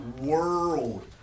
world